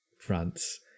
France